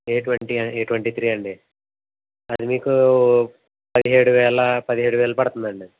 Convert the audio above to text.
a twenty A twenty three అండి అది మీకూ పదిహేడు వేలా పదిహేడు వేలు పడుతుందండి అది